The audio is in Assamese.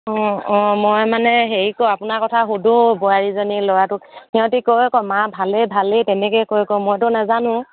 অঁ অঁ মই মানে হেৰি কৰোঁ আপোনাৰ কথা সোধোঁ বোৱাৰীজনী ল'ৰাটোক সিহঁতে কয় আকৌ মা ভালেই ভালেই তেনেকৈ কয় আকৌ মইতো নাজানো